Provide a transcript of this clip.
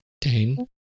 Dane